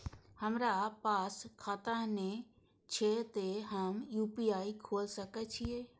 हमरा पास खाता ने छे ते हम यू.पी.आई खोल सके छिए?